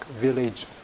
village